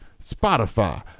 Spotify